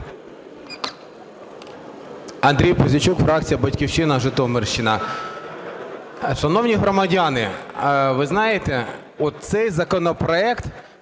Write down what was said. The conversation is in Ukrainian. Андрій Пузійчук, фракція "Батьківщина", Житомирщина. Шановні громадяни, ви знаєте, цей законопроект